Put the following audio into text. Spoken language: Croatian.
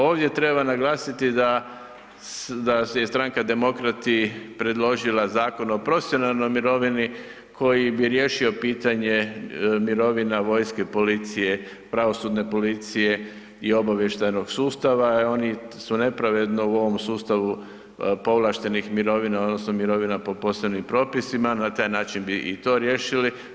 Ovdje treba naglasiti da si je stranka Demokrati predložila Zakon o profesionalnoj mirovini koji bi riješio pitanje mirovina vojske, policije, pravosudne policije i obavještajnog sustava jer oni su nepravedno u ovom sustavu povlaštenih mirovina, odnosno mirovina po posebnim propisima, na taj način bi i to riješili.